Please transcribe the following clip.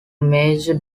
major